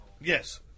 Yes